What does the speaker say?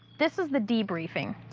this is the debriefing,